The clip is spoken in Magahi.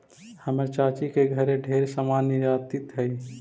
हमर चाची के घरे ढेर समान निर्यातित हई